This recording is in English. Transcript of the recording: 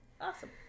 Awesome